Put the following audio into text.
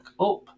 up